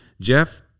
Jeff